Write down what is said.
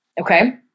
Okay